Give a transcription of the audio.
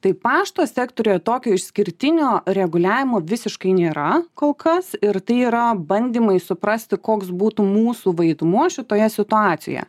tai pašto sektoriuje tokio išskirtinio reguliavimo visiškai nėra kol kas ir tai yra bandymai suprasti koks būtų mūsų vaidmuo šitoje situacijoje